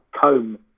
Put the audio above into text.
comb